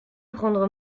prendre